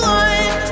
one